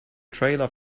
trailer